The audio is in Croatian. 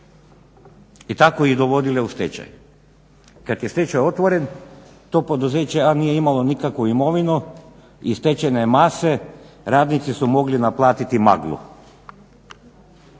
i tako ih dovodile u stečaj. I kad je stečaj otvoren to poduzeće A nije imalo nikakvu imovinu. Iz stečajne mase radnici su mogli naplatiti maglu.